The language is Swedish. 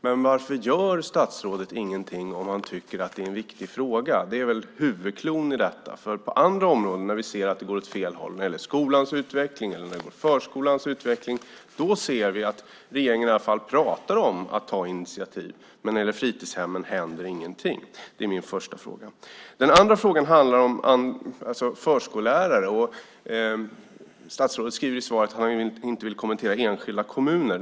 Men varför gör statsrådet ingenting om han tycker att det är en viktig fråga? Det är väl huvudcloun i detta avseende. På andra områden när vi märker att det går åt fel håll när det gäller skolans eller förskolans utveckling ser vi att regeringen i alla fall pratar om att ta initiativ. Men när det gäller fritidshemmen händer ingenting. Det var min första fråga. Min andra fråga handlar om förskollärarna. Statsrådet säger i svaret att han inte vill kommentera enskilda kommuner.